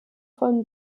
von